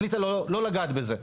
החליטה לא לגעת בזה.